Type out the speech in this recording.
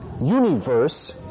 universe